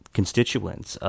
constituents